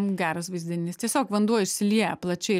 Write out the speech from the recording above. geras vaizdinys tiesiog vanduo išsilieja plačiai